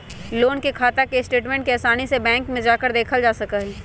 loan के खाता के स्टेटमेन्ट के आसानी से बैंक में जाकर देखल जा सका हई